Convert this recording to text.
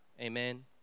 Amen